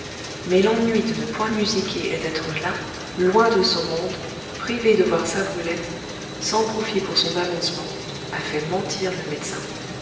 mais l'ennui de ne point musiquer et d'être là loin de son monde privé de voir sa brulette sans profit pour son avancement a fait mentir le médecin